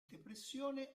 depressione